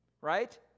Right